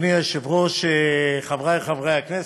אדוני היושב-ראש, חברי חברי הכנסת,